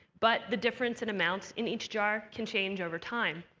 but the difference in amounts in each jar can change over time.